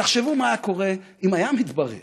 תחשבו מה היה קורה אם היה מתברר